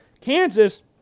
Kansas